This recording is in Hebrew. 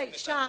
שהוא נכנס לכלא.